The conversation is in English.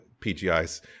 pgi's